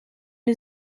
new